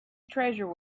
treasure